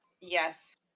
Yes